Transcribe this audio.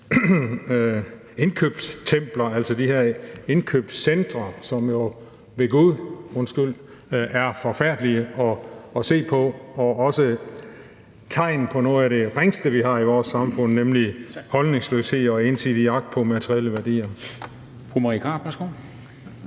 indkøbstempler, altså de her indkøbscentre, som jo ved gud – undskyld – er forfærdelige at se på og også et tegn på noget af det ringeste, vi har i vores samfund, nemlig holdningsløshed og ensidig jagt på materielle værdier.